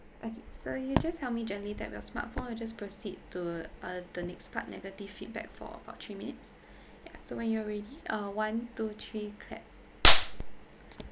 okay so you just help me gently tap your smartphone I'll just proceed to uh the next part negative feedback for about three minutes ya so when you are ready uh one two three clap